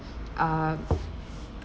uh